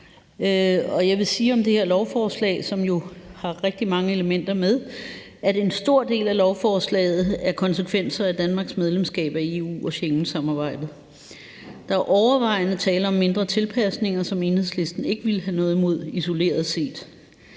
Jeg vil sige om det her lovforslag, som jo har rigtig mange elementer med, at en stor del af det er konsekvenser af Danmarks medlemskab af EU og Schengensamarbejdet, og at der overvejende er tale om mindre tilpasninger, som Enhedslisten isoleret set ikke ville have noget imod. Regeringen